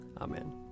Amen